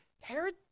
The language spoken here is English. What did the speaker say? Herod